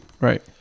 right